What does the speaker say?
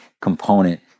component